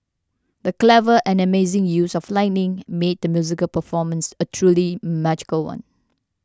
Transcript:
the clever and amazing use of lighting made the musical performance a truly magical one